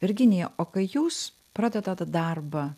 virginija o kai jūs pradedat darbą